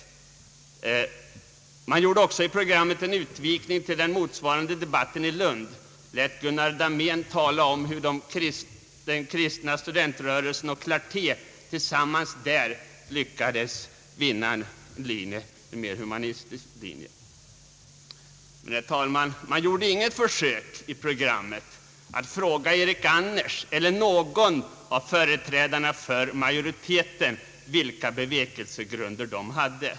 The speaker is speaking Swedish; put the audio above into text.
I programmet gjordes också en utvikning till den motsvarande debatten i Lund. Gunnar Dahmén talade om hur den kristna studentrörelsen och Clarté tillsammans där lyckades vinna gehör för en mer humanistisk linje. Man gjorde i programmet inget försök att fråga Erik Anners eller någon av företrädarna för majoriteten, vilka bevekelsegrunder de hade.